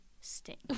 stink